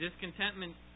Discontentment